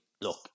look